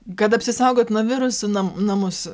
kad apsisaugot nuo virusų nam namus